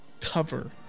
Cover